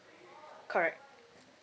correct